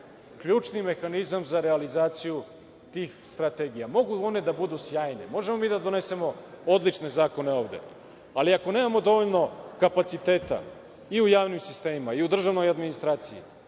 ključni mehanizam za realizaciju tih strategija. Mogu one da budu sjajne, možemo mi da donesemo ovde odlične zakone, ali ako nemamo dovoljno kapaciteta i u javnim sistemima i u državnoj administraciji,